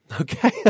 Okay